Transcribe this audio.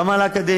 גם על האקדמיה,